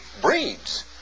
breeds